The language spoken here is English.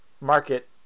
market